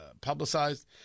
publicized